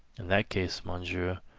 in that case, monsieur,